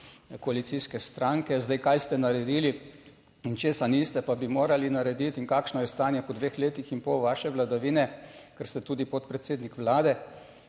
koalicijske stranke. Zdaj, kaj ste naredili in česa niste, pa bi morali narediti in kakšno je stanje po dveh letih in pol vaše vladavine, ker ste tudi podpredsednik Vlade,